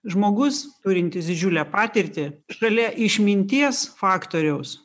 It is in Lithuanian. žmogus turintis didžiulę patirtį šalia išminties faktoriaus